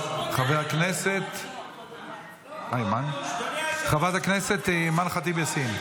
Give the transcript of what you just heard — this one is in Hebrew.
חברת הכנסת אימאן ח'טיב יאסין.